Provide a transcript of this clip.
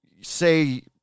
say